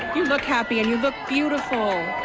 you look happy and you look beautiful.